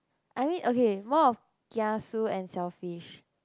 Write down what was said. I mean okay more of kiasu and selfish